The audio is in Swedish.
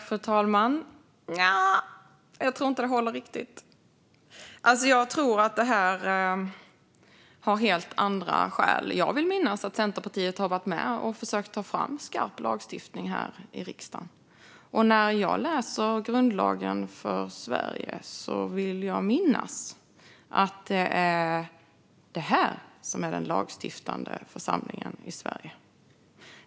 Fru talman! Jag tror inte att det riktigt håller, utan jag tror att det finns helt andra skäl. Jag vill minnas att Centerpartiet har varit med och försökt att ta fram skarp lagstiftning i riksdagen. När jag läser Sveriges grundlag vill jag minnas att det är den här församlingen som är den lagstiftande församlingen i Sverige.